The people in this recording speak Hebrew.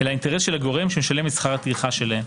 אלא לאינטרס של הגורם שמשלם את שכר הטרחה שלהם.